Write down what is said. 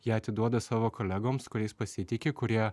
ją atiduoda savo kolegoms kuriais pasitiki kurie